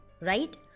right